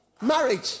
Marriage